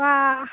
বাঃ